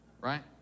right